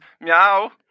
meow